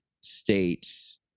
states